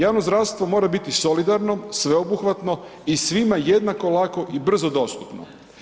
Javno zdravstvo mora biti solidarno, sveobuhvatno i svima jednako lako i brzo dostupno.